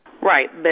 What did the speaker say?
Right